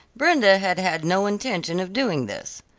brenda had had no intention of doing this.